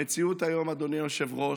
המציאות היום, אדוני היושב-ראש,